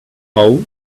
house